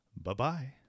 bye-bye